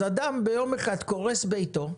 אז אדם ביום אחד קורס ביתו,